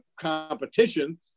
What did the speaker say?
competition